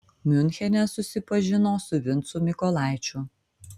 miunchene susipažino su vincu mykolaičiu